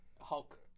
Hulk